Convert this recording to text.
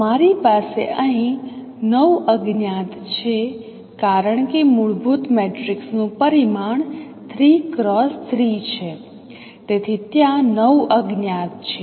તમારી પાસે અહીં 9 અજ્ઞાત છે કારણ કે મૂળભૂત મેટ્રિક્સનું પરિમાણ 3 X 3 છે તેથી ત્યાં 9 અજ્ઞાત છે